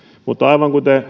mutta aivan kuten